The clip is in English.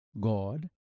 God